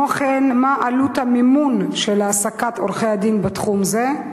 3. מה היא עלות המימון של העסקת עורכי-הדין בתחום זה?